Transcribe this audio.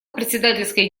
председательской